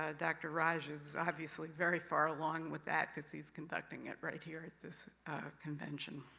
ah dr. raj is obviously very far along with that, because he's conducting it right here at this convention.